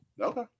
okay